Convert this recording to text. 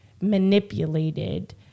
manipulated